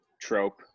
trope